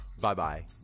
Bye-bye